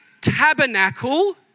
tabernacle